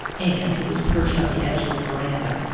anne, who was perched on the edge of the veranda,